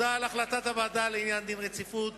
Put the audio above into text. הודעה על החלטת הוועדה לעניין דין רציפות